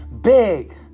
big